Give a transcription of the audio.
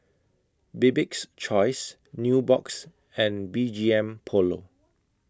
Bibik's Choice Nubox and B G M Polo